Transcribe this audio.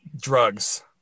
drugs